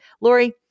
Lori